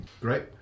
great